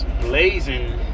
blazing